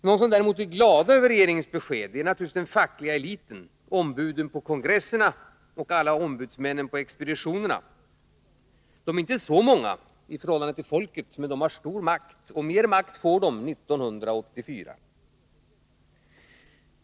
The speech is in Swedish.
De som däremot är glada över regeringens besked är naturligtvis den fackliga eliten, ombuden på kongresserna och ombudsmännen på expeditio nerna. De är inte så många i förhållande till folket, men de har stor makt, och mer makt får de 1984.